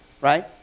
right